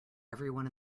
everyone